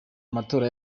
amatora